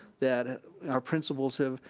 that our principals have,